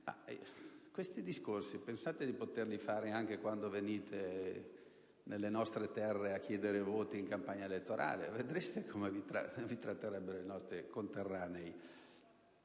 questi discorsi anche quando venite nelle nostre terre a chiedere voti in campagna elettorale? Vedreste come vi tratterebbero i nostri conterranei.